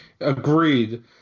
Agreed